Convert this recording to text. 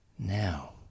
Now